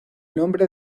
nombre